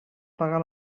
pagar